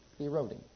eroding